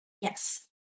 yes